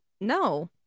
no